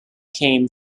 came